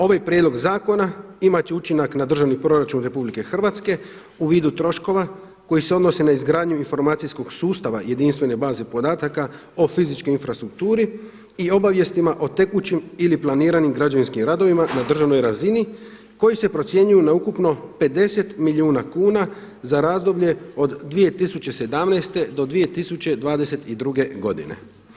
Ovaj prijedlog zakona imat će učinak na državni proračun RH u vidu troškova koji se odnose na izgradnju informacijskog sustava jedinstvene baze podataka o fizičkoj infrastrukturi i obavijestima o tekućim ili planiranim građevinskim radovima na državnoj razini koji se procjenjuju na ukupno 50 milijuna kuna za razdoblje od 2017. do 2022. godine.